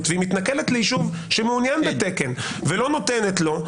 והיא מתנכלת ליישוב שמעוניין בתקן ולא נותנת לו,